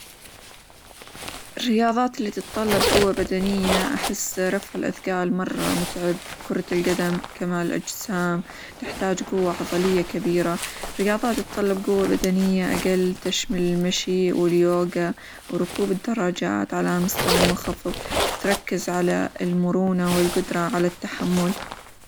الرياظات اللي تتطلب قوة بدنية أحس رفع الأثقال مرة متعب، كرة القدم، كمال الأجسام، تحتاج قوة عظلية كبيرة، رياظات تتطلب قوة بدنية أقل تشمل المشي، واليوجا وركوب الدراجات على مستوى منخفظ، تركز على المرونة، والقدرة على التحمل.